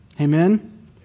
Amen